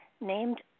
named